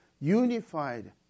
unified